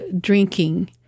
drinking